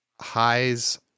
highs